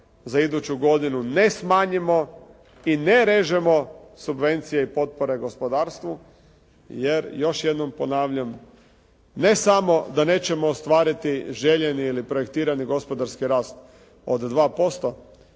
za iduću godinu ne smanjimo i ne režemo subvencije i potpore gospodarstvu jer još jednom ponavljam ne samo da nećemo ostvariti željeni ili projektirani gospodarski rast od 2%